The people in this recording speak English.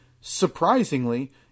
surprisingly